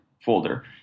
folder